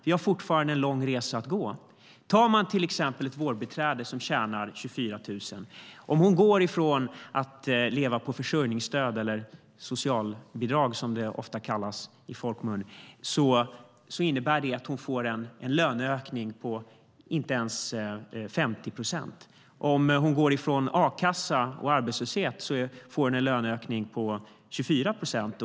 Vi har fortfarande en lång väg att gå. Jag kan som exempel ta ett vårdbiträde som tjänar 24 000 kronor i månaden. Om hon går från att leva på försörjningsstöd, eller socialbidrag som det ofta kallas i folkmun, innebär det att hon får en löneökning på inte ens 50 procent. Om hon går från a-kassa och arbetslöshet får hon en löneökning på 24 procent.